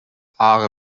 aare